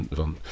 van